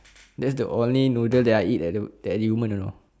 that is the only noodle that I eat at the at yumen you know